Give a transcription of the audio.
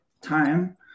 time